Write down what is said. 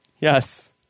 Yes